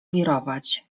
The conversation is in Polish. wirować